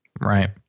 Right